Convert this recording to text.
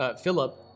Philip